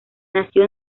nació